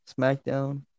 SmackDown